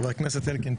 חבר הכנסת אלקין,